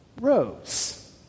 rose